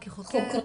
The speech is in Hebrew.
כן,